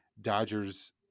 Dodgers